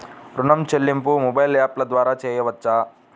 ఋణం చెల్లింపు మొబైల్ యాప్ల ద్వార చేయవచ్చా?